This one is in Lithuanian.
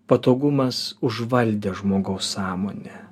patogumas užvaldė žmogaus sąmonę